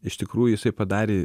iš tikrųjų jisai padarė